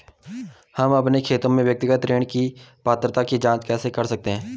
हम अपने खाते में व्यक्तिगत ऋण की पात्रता की जांच कैसे कर सकते हैं?